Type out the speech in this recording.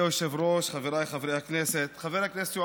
התשע"ח 2018, עבר בקריאה